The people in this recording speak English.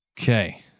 Okay